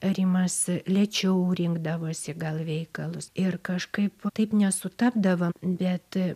rimas lėčiau rinkdavosi gal veikalus ir kažkaip taip nesutapdavo bet